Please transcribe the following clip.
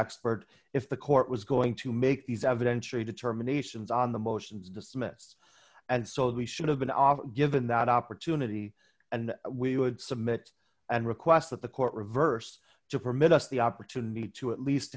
expert if the court was going to make these evidentiary determinations on the motions dismissed and so we should have been often given that opportunity and we would submit and request that the court reversed to permit us the opportunity to at least